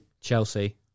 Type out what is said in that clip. Chelsea